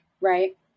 right